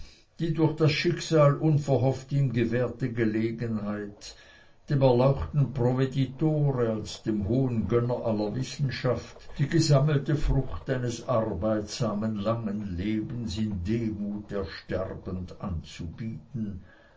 die durch das schicksal unverhofft ihm gewährte gelegenheit dem erlauchten provveditore als dem hohen gönner aller wissenschaft die gesammelte frucht eines arbeitsamen langen lebens in demut ersterbend anzubieten